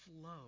flow